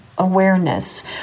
Awareness